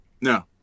No